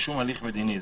להליך מדיני כלשהו.